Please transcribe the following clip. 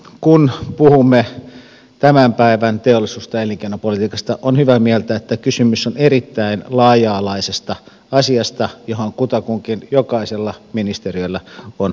kun puhumme tämän päivän teollisuudesta ja elinkeinopolitiikasta on hyvä mieltää että kysymys on erittäin laaja alaisesta asiasta jossa kutakuinkin jokaisella ministeriöllä on oma roolinsa